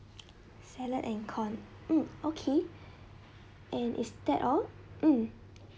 salad and corn um okay and is that all um